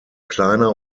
kleiner